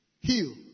Heal